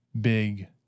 big